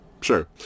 Sure